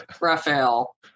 Raphael